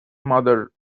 mother